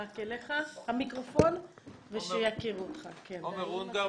עומר אונגר,